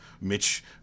Mitch